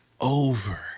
over